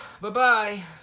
Bye-bye